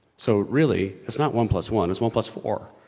so, really it's not one plus one it's one plus four.